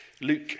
Luke